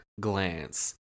glance